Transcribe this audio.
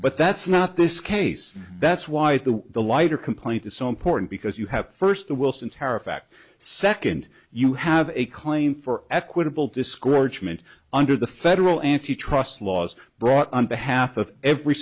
but that's not this case that's why the the lighter complaint is so important because you have first the wilson tariff act second you have a claim for equitable discouragement under the federal antitrust laws brought on behalf of every